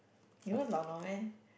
you knows lao-nua meh